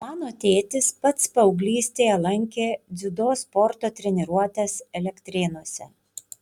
mano tėtis pats paauglystėje lankė dziudo sporto treniruotes elektrėnuose